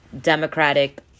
Democratic